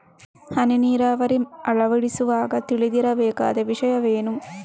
ಹನಿ ನೀರಾವರಿ ಅಳವಡಿಸುವಾಗ ತಿಳಿದಿರಬೇಕಾದ ವಿಷಯವೇನು?